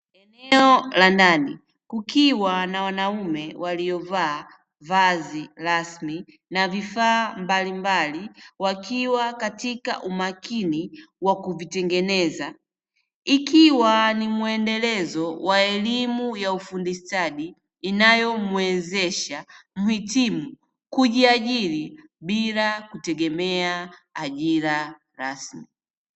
Eneo la ndani kukiwa na wanaume waliovaa vazi rasmi na vifaa mbalimbali wakiwa katika umakini wa kuvitengeneza, ikiwa ni mwendelezo wa elimu ya ufundishaji, inayomwezesha mhitimu kujiajiri bila kutegemea ajira rasmi.